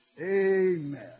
Amen